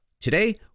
Today